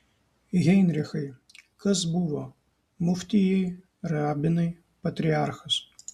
heinrichai kas buvo muftijai rabinai patriarchas